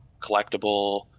collectible